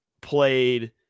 played